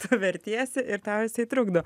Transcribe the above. tu vertiesi ir tau jisai trukdo